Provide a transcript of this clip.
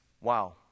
Wow